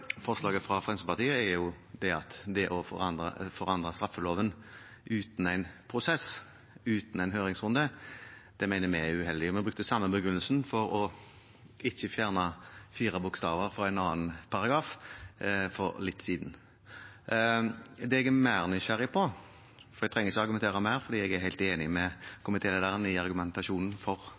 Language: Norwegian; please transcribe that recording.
forslaget fra Fremskrittspartiet, er at det å forandre straffeloven uten en prosess, uten en høringsrunde, mener vi er uheldig. Vi brukte den samme begrunnelsen for ikke å fjerne fire bokstaver fra en annen paragraf for litt siden. Det jeg er mer nysgjerrig på – for jeg trenger ikke argumentere mer; jeg er helt enig med komitélederen i argumentasjonen for